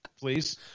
Please